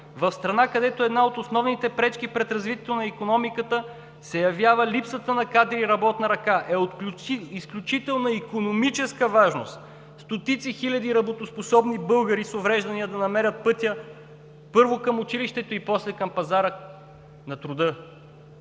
в страна, където една от основните пречки пред развитието на икономиката се явява липсата на кадри и работна ръка, е от изключителна икономическа важност стотици хиляди работоспособни българи с увреждания да намерят пътя, първо, към училището и после към пазара на труда.